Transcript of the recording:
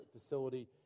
facility